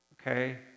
okay